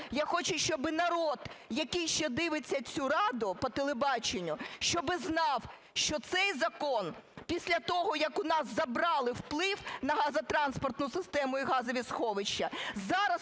я хочу, щоб народ, який ще дивиться цю Раду по телебаченню, щоб знав, що цей закон, після того, як у нас забрали вплив на газотранспортну систему і газові сховища, зараз